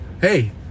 hey